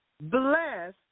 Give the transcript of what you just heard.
Bless